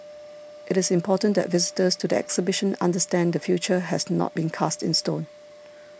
it is important that visitors to the exhibition understand the future has not been cast in stone